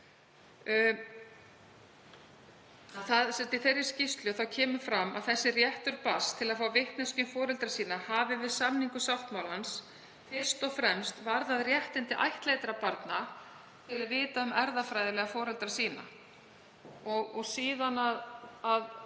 Í þeirri skýrslu kemur fram að réttur barns til að fá vitneskju um foreldra sína hafi við samningu sáttmálans fyrst og fremst varðað réttindi ættleiddra barna til að vita um erfðafræðilega foreldra sína.